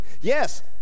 Yes